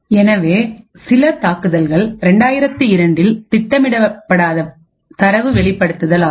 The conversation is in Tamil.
எனவே சில தாக்குதல்கள் 2002 இல் திட்டமிடப்படாத தரவு வெளிப்படுத்தல் ஆகும்